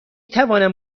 توانم